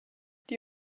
die